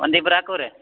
ಒಂದು ಇಬ್ರು ಆಕವ್ ರೀ